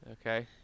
okay